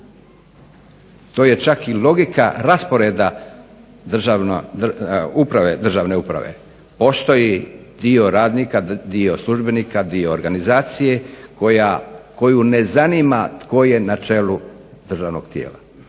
To je čak i logika rasporeda državne uprave. Postoji dio radnika, dio službenika, dio organizacije koju ne zanima tko je na čelu državnog tijela,